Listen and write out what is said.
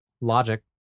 Logic